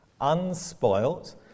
unspoilt